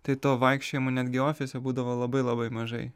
tai to vaikščiojimo netgi ofise būdavo labai labai mažai